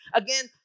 again